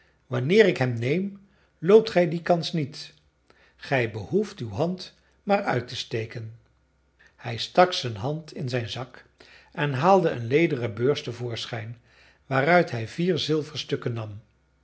wanneer ik hem neem loopt gij die kans niet gij behoeft uw hand maar uit te steken hij stak zijn hand in zijn zak en haalde een lederen beurs te voorschijn waaruit hij vier zilverstukken nam